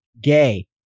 gay